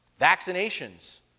vaccinations